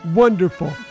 wonderful